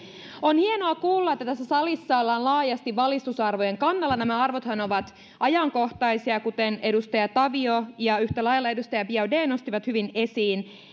on hienoa kuulla että tässä salissa ollaan laajasti valistusarvojen kannalla nämä arvothan ovat ajankohtaisia kuten edustaja tavio ja yhtä lailla edustaja biaudet nostivat hyvin esiin